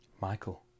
Michael